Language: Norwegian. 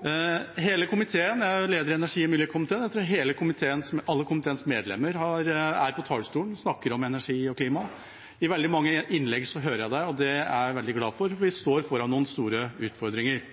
Jeg er leder i energi- og miljøkomiteen. Jeg tror alle komiteens medlemmer har vært på talerstolen og snakket om energi og klima. I veldig mange innlegg hører jeg det. Det er jeg veldig glad for, for vi står foran noen store utfordringer.